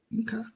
Okay